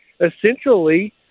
essentially